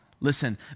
Listen